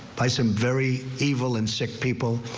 by some very evil and sick people.